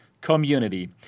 community